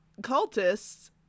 cultists